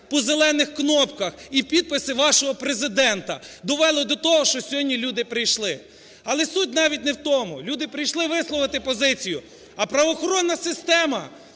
по зелених кнопках і підписи вашого Президента довели до того, що сьогодні люди прийшли. Але суть навіть не в тому, люди прийшли висловити позицію. А правоохоронна система,